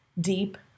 deep